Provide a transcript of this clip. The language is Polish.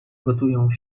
gotują